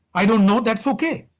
i don't know, that's okay.